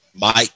Mike